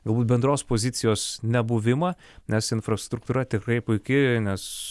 galbūt bendros pozicijos nebuvimą nes infrastruktūra tikrai puiki nes